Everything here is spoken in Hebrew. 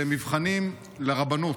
למבחנים לרבנות.